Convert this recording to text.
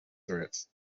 threats